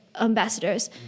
ambassadors